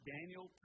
Daniel